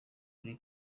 kuri